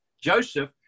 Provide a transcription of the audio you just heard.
Joseph